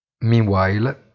Meanwhile